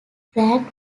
brand